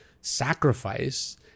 sacrifice